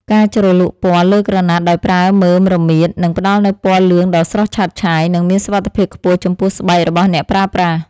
ការជ្រលក់ពណ៌លើក្រណាត់ដោយប្រើមើមរមៀតនឹងផ្ដល់នូវពណ៌លឿងដ៏ស្រស់ឆើតឆាយ និង មានសុវត្ថិភាពខ្ពស់ចំពោះស្បែករបស់អ្នកប្រើប្រាស់។